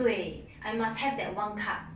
对 I must have that one cup